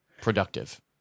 Productive